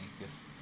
yes